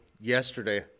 yesterday